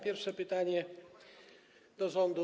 Pierwsze pytanie do rządu.